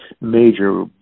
major